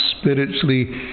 spiritually